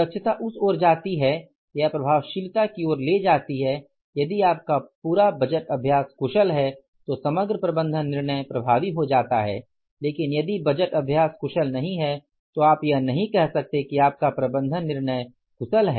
दक्षता उस ओर जाती है या प्रभावशीलता की ओर ले जाती है यदि आपका पूरा बजट अभ्यास कुशल है तो समग्र प्रबंधन निर्णय प्रभावी हो जाता है लेकिन यदि बजट अभ्यास कुशल नहीं है तो आप यह नहीं कह सकते कि आपका प्रबंधन निर्णय कुशल है